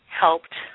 helped